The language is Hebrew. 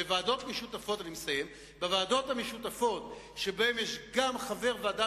בוועדות המשותפות שבהן יש גם חברי ועדה